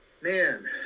man